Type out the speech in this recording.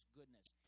goodness